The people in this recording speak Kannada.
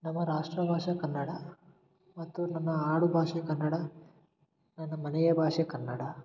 ನಮ್ಮ ರಾಷ್ಟ್ರ ಭಾಷೆ ಕನ್ನಡ ಮತ್ತು ನನ್ನ ಆಡು ಭಾಷೆ ಕನ್ನಡ ನನ್ನ ಮನೆಯ ಭಾಷೆ ಕನ್ನಡ